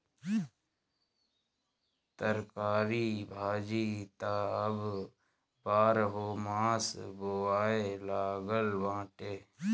तरकारी भाजी त अब बारहोमास बोआए लागल बाटे